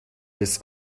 this